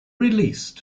release